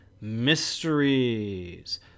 mysteries